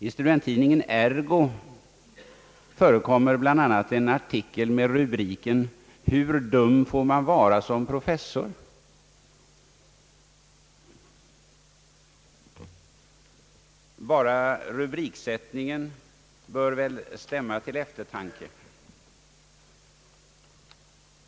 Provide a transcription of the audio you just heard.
I studenttidningen Ergo förekommer bl.a. en artikel med rubriken: »Hur dum får man vara som professor?» Bara rubriksättningen bör väl stämma till eftertanke.